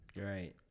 Right